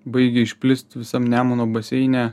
baigia išplist visam nemuno baseine